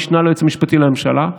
המשנה ליועץ המשפטי לממשלה,